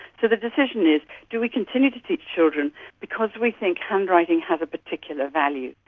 so the decision is do we continue to teach children because we think handwriting has a particular value?